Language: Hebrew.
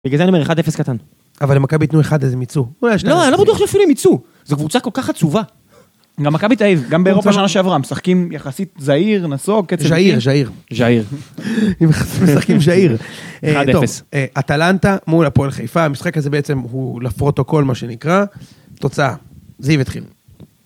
בגלל זה אני אומר 1-0 קטן. אבל אם מכבי ייתנו 1 אז הם ייצאו. לא, לא בטוח אפילו שהם ייצאו. זו קבוצה כל כך עצובה. גם מכבי תל אביב, גם באירופה שנה שעברה, משחקים יחסית זהיר, נסוג, קצת... ז'עיר, ז'עיר. ז'עיר. הם משחקים ז'עיר. 1-0. אטלנטה מול הפועל חיפה, המשחק הזה בעצם הוא לפרוטוקול מה שנקרא. תוצאה, זיו יתחיל.